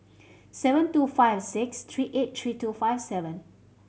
seven two five six three eight three two five seven